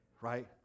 right